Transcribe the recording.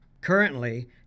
Currently